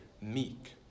meek